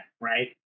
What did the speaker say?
right